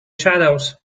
shadows